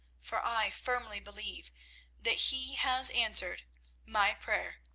for i firmly believe that he has answered my prayer,